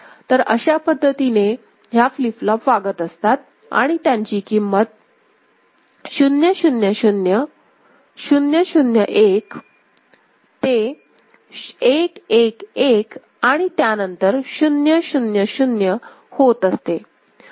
तर अशा पद्धतीने ह्या फ्लीप फ्लोप वागत असतात आणि त्यांची किंमत 0 0 0 0 0 1 ते 1 1 1 आणि त्यानंतर 0 0 0 होत असते